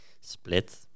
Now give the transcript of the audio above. split